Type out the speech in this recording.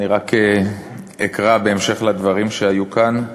אני רק אקרא בהמשך לדברים שהיו כאן: